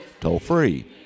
toll-free